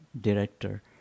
director